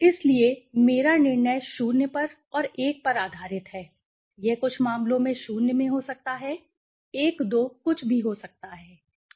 इसलिए मेरा निर्णय 0 पर और 1 पर आधारित है ठीक है यह कुछ मामलो में 0 में हो सकता है 1 2 कुछ भी हो सकता है